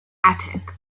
attic